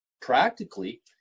practically